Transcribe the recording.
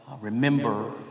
remember